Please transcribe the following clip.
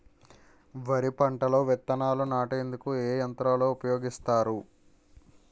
వరి పంటలో విత్తనాలు నాటేందుకు ఏ యంత్రాలు ఉపయోగిస్తారు?